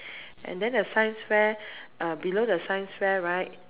and then the science fair uh below the science fair right